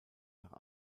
nach